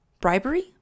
Bribery